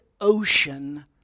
Ocean